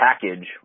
package